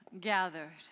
gathered